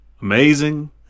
amazing